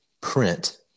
print